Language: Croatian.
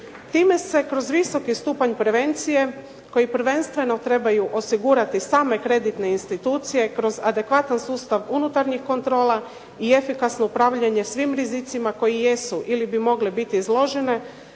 Time se kroz visoki stupanj prevencije koji prvenstveno trebaju osigurati same kreditne institucije kroz adekvatan sustav unutarnjih kontrola i efikasno upravljanje svim rizicima koji jesu ili bi mogle biti izložene